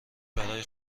برای